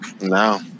no